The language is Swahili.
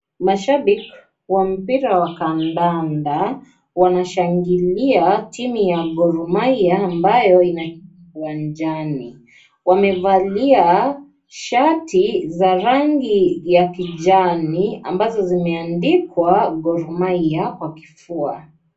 Mashabiki wa mpira wa kandanda wanashangilia timu ya Gormahia ambayo inacheza uwanjani. Wamevalia shati za rangi ya kijani ambazo zimeandikwa "Gormahia" kwa kifua.